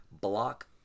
block